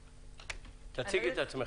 שלום,